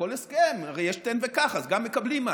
בכל הסכם הרי יש תן וקח, אז גם מקבלים משהו.